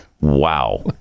Wow